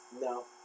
No